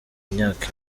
imyaka